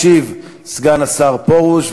ישיב סגן השר פרוש.